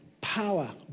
power